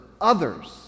others